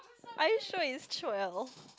are you sure it's twelve